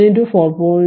6